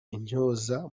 intyoza